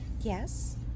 Yes